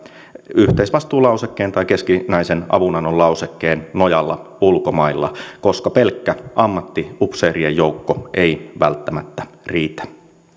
yhteisvastuulausekkeen tai keskinäisen avunannon lausekkeen nojalla ulkomailla koska pelkkä ammattiupseerien joukko ei välttämättä riitä